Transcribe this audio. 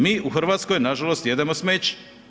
Mi u Hrvatskoj nažalost jedemo smeće.